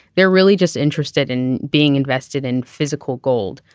they're really just interested in being invested in physical gold.